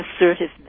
assertiveness